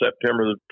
September